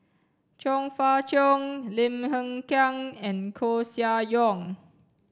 Chong Fah Cheong Lim Hng Kiang and Koeh Sia Yong